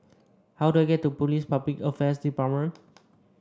how do I get to Police Public Affairs Department